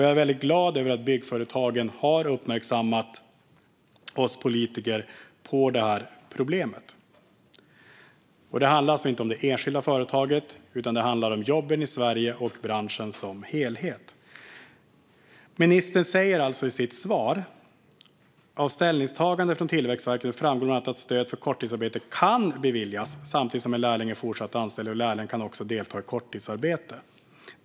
Jag är väldigt glad över att Byggföretagen har uppmärksammat oss politiker på det här problemet. Det handlar alltså inte om det enskilda företaget utan om jobben i Sverige och branschen som helhet. Ministern säger i sitt svar: "Av ställningstagandet framgår bland annat att stöd för korttidsarbete kan beviljas samtidigt som en lärling är fortsatt anställd och att lärlingen också kan delta i korttidsarbete.